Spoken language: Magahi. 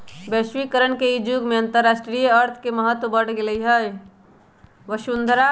वैश्वीकरण के इ जुग में अंतरराष्ट्रीय अर्थ के महत्व बढ़ गेल हइ